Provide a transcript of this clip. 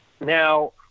Now